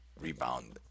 rebound